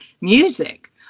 music